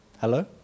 Hello